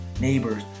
neighbors